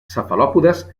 cefalòpodes